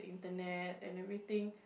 Internet and everything